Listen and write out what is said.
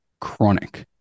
chronic